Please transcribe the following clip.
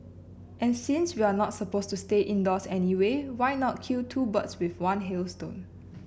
and since we're not supposed to stay indoors anyway why not kill two birds with one hailstone